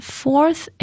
fourth